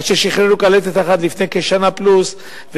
עד ששחררו קלטת אחת לפני כשנה פלוס,